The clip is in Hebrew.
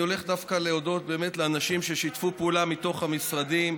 אני הולך דווקא להודות באמת לאנשים ששיתפו פעולה מתוך המשרדים.